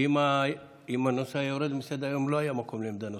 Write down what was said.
כי אם הנושא היה יורד מסדר-היום לא היה מקום לעמדה נוספת.